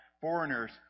Foreigners